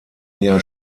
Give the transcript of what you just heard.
jahr